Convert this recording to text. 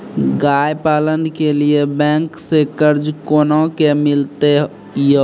गाय पालन के लिए बैंक से कर्ज कोना के मिलते यो?